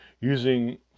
using